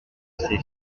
ses